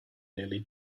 nearly